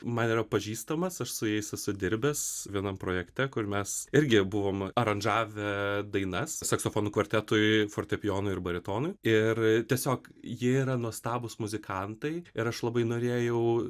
man yra pažįstamas aš su jais esu dirbęs vienam projekte kur mes irgi buvom aranžavę dainas saksofonų kvartetui fortepijonui ir baritonui ir tiesiog jie yra nuostabūs muzikantai ir aš labai norėjau